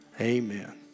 amen